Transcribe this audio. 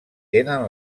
tenen